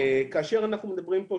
כאשר אנחנו מדברים פה,